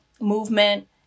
movement